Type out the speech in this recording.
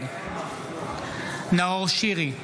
נגד נאור שירי,